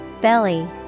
Belly